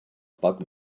buck